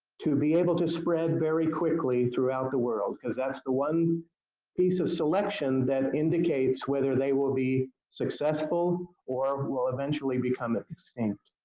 to be able to spread very quickly throughout the world, because that's the one piece of selection that indicates whether they will be successful or will eventually become ah extinct.